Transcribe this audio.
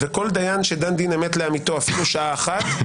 וכל דיין שדן דין אמת לאמיתו אפילו שעה אחת,